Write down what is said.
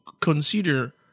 consider